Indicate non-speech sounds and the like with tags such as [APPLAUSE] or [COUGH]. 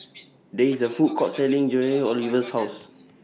[NOISE] There IS A Food Court Selling Dangojiru Oliver's House